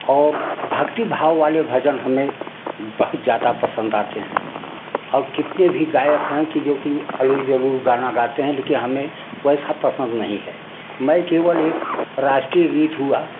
और भक्तिभाव वाले भजन हमें बहुत ज़्यादा पसंद आते हैं और कितने भी गायक हैं कि जो कि ऊल जुलूल गाना गाते हैं लेकिन हमें वैसा पसंद नहीं है मैं केवल एक राष्ट्रीय गीत हुआ